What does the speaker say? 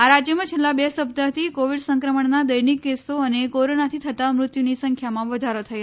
આ રાજ્યોમાં છેલ્લા બે સપ્તાહથી કોવિડ સંક્રમણના દૈનિક કેસો અને કોરોનાથી થતા મૃત્યુની સંખ્યામાં વધારો થઈ રહ્યો છે